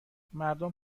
مردم